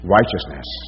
Righteousness